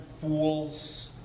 fools